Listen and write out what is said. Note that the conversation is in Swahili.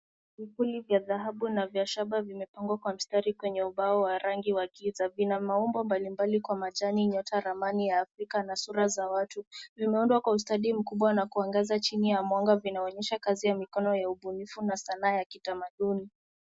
Vifuli vya dhahabu na vya shaba vimepangwa kwa mstari kwenye ubao wa rangi wa giza, vina maumbo mbalimbali kwa majani, nyota, ramani ya Afrika na sura za watu. Vimeundwa kwa ustadi mkubwa na kuangaza chini ya mwanga, vinaonyesha kazi ya mikono ya ubunifu na sanaa ya kitamaduni.